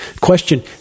Question